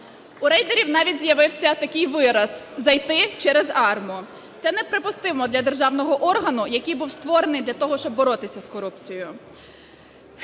У рейдерів навіть з'явився такий вираз: "зайти через АРМА". Це неприпустимо для державного органу, який був створений для того, щоб боротися з корупцією.